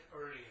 earlier